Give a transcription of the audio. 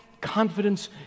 confidence